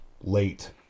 late